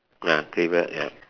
ah cleaver ya